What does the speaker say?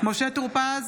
משה טור פז,